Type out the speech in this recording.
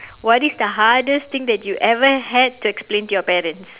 what is the hardest thing that you ever had to explain to your parents